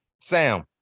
Sam